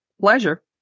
Pleasure